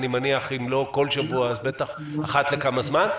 אני מניח שאם לא כל שבוע אז בטח אחת לכמה זמן.